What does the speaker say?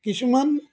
কিছুমান